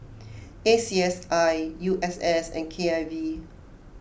A C S I U S S and K I V